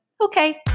okay